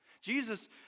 Jesus